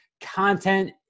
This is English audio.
content